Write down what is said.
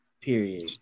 Period